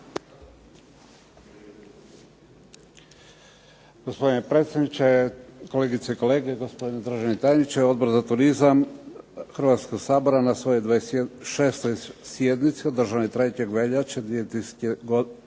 Gospodine predsjedniče, kolegice i kolege, gospodine državni tajniče. Odbor za turizam Hrvatskoga sabora na svojoj 6. sjednici održanoj 3. veljače